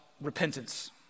repentance